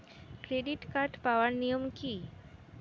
Credit card পাওয়ার নিয়ম কী?